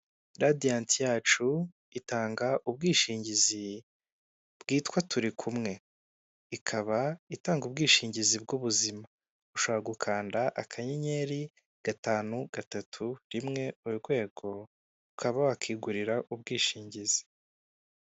Radiyanti yacu itanga ubwishingizi bwitwa Turi kumwe, ikaba itanga ubwishingizi bw'ubuzima, ushobora gukanda: akanyenyeri, gatanu, gatatu, rimwe, urwego ukaba wakigurira ubwishingizi.